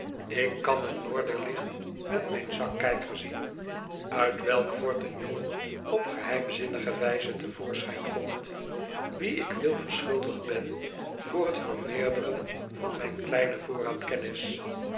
ik kan t noorderlicht met mijn zakkijker zien uit welk fort een jongen op geheimzinnige wyze te voorschijn komt wien ik veel verschuldigd ben voor t vermeerderen van mijn kleinen voorraad kennis